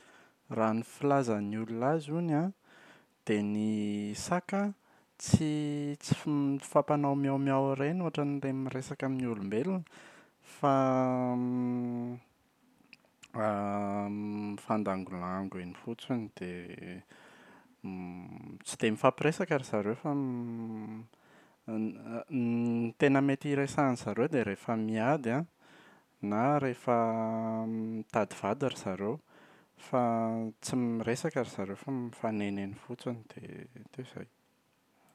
Raha ny filazan’ny olona azy hono a, dia ny saka an tsy tsy f- mifampanao miao miao ireny ohatra an’ilay miresaka amin’ny olombelona fa mifandangolango eny fotsiny dia tsy dia mifampiresaka ry zareo fa ny ny tena mety hiresan’izareo dia rehefa miady an na rehefa mitady vady ry zareo o fa tsy miresaka ry zareo fa mifanena eny fotsiny dia, dia izay.